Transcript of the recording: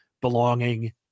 belonging